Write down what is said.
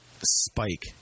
Spike